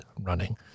running